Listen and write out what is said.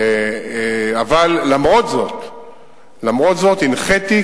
למרות זאת הנחיתי,